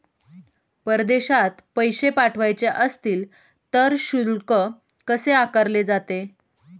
परदेशात पैसे पाठवायचे असतील तर शुल्क कसे आकारले जाते?